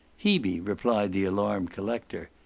hebe, replied the alarmed collector.